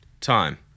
time